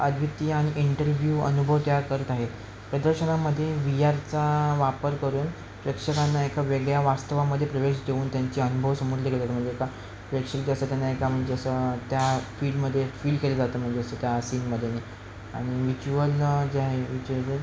अद्वितीय आणि इंटरव्ह्यू अनुभव तयार करत आहे प्रदर्शनामध्ये व्ही आरचा वापर करून प्रेक्षकांना एका वेगळ्या वास्तवामध्ये प्रवेश देऊन त्यांचे अनुभव समजले गेले जाता म्हणजे आता प्रेक्षक जे असतात त्यांना एका म्हणजे असं त्या फील्डमध्ये फील केलं जातं म्हणजे असं त्या सीनमध्ये आणि व्हिच्युअल जे आहे व्हिच्युअल